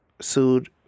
sued